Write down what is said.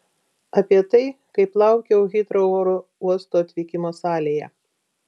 apie tai kaip laukiau hitrou oro uosto atvykimo salėje